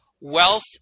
wealth